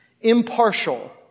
impartial